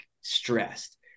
stressed